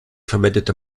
verwendete